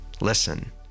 listen